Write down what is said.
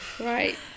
Right